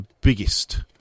biggest